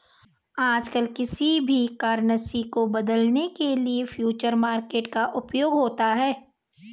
आजकल किसी भी करन्सी को बदलवाने के लिये फ्यूचर मार्केट का उपयोग होता है